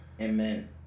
Amen